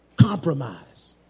Compromise